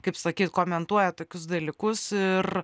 kaip sakyt komentuoja tokius dalykus ir